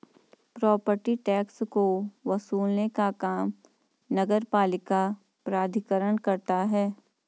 property tax को वसूलने का काम नगरपालिका प्राधिकरण करता है